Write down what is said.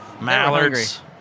Mallards